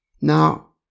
Now